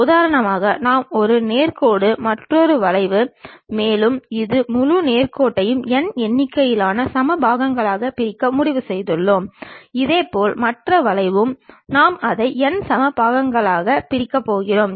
ஒளிரும் விளக்கை கொண்டு பக்கவாட்டு தோற்றம் முன் பக்க தோற்றம் மற்றும் மேல் பக்க தோற்றம் ஆகியவற்றை முறையே பக்கவாட்டு தளம் அல்லது ப்ரொபைல் தளம் செங்குத்து தளம் மற்றும் கிடைமட்ட தளம் ஆகியவற்றில் பெறுகிறோம்